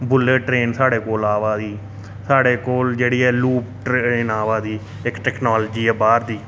bullet train साढ़े कोल आवा दी साढ़े कोल जेह्ड़ी ऐ लूप ट्रेन आवा दी इक टेकनालजी ऐ बाहर दी